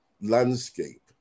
landscape